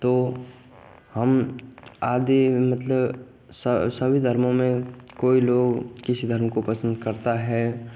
तो हम आदि मतलब स सभी धर्मों में कोई लोग किसी धर्मों को पसंद करता है